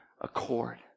accord